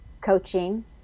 coaching